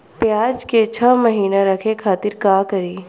प्याज के छह महीना रखे खातिर का करी?